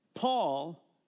Paul